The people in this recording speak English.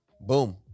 boom